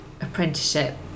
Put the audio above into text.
apprenticeship